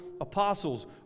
apostles